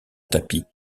tapis